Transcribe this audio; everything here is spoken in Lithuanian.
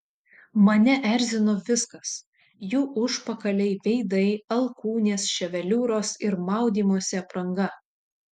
mane erzino viskas jų užpakaliai veidai alkūnės ševeliūros ir maudymosi apranga